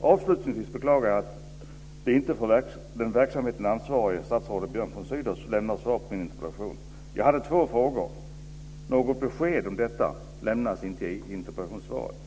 Avslutningsvis beklagar jag att inte den för verksamheten ansvarige, statsrådet Björn von Sydow, lämnar svar på min interpellation. Jag hade två frågor. Något besked om detta lämnas inte i interpellationssvaret.